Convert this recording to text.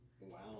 Wow